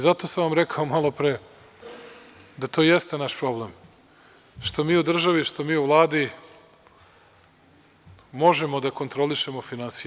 Zato sam vam rekao malopre da to jeste naš problem, što mi u državi, što mi u Vladi možemo da kontrolišemo finansije.